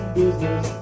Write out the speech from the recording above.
business